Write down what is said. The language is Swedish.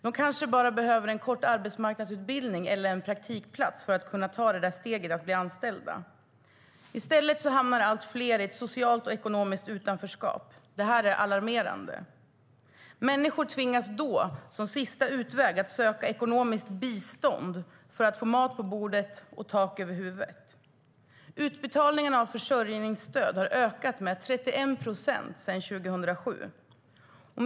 De kanske bara behöver en kort arbetsmarknadsutbildning eller en praktikplats för att kunna ta steget att bli anställda. I stället hamnar allt fler i ett socialt och ekonomiskt utanförskap. Det är alarmerande. Människor tvingas då, som sista utväg, att söka ekonomiskt bistånd för att få mat på bordet och tak över huvudet. Utbetalningarna av försörjningsstöd har ökat med 31 procent sedan 2007.